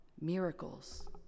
Miracles